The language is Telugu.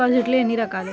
డిపాజిట్లు ఎన్ని రకాలు?